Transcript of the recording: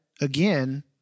again